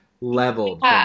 leveled